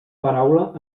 paraula